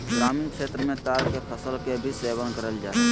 ग्रामीण क्षेत्र मे ताड़ के फल के भी सेवन करल जा हय